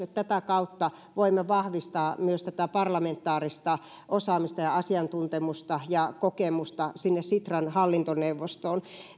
tätä kautta voimme vahvistaa myös tätä parlamentaarista osaamista ja asiantuntemusta ja kokemusta sinne sitran hallintoneuvostoon